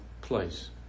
place